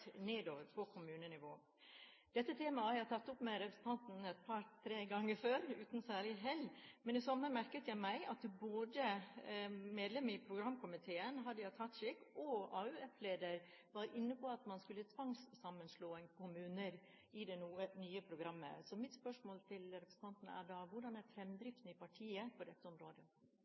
nedover på kommunenivå. Dette temaet har jeg tatt opp med representanten et par–tre ganger før uten særlig hell, men i sommer merket jeg meg at både medlemmet i programkomiteen, Hadia Tajik, og AUF-lederen var inne på at man i det nye programmet skulle tvangssammenslå kommuner. Så mitt spørsmål til representanten er da: Hvordan er fremdriften i partiet på dette området?